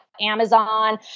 Amazon